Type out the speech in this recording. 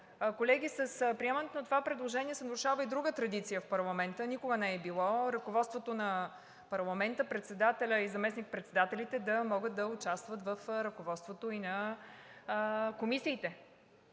Колеги, с приемането на това предложение се нарушава и друга традиция в парламента. Никога не е било ръководството на парламента – председателят и заместник-председателите, да могат да участват в ръководството и на комисиите.